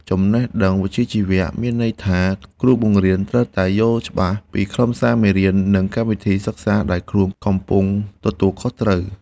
ចំណេះដឹងវិជ្ជាជីវៈមានន័យថាគ្រូបង្រៀនត្រូវតែយល់ច្បាស់ពីខ្លឹមសារមេរៀននិងកម្មវិធីសិក្សាដែលខ្លួនកំពុងទទួលខុសត្រូវ។